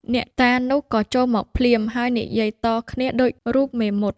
អ្នកតានោះក៏ចូលមកភ្លាម ហើយនិយាយតគ្នាដូចរូបមេមត់ ។